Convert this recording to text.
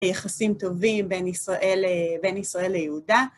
יחסים טובים בין ישראל ל... בין ישראל ליהודה.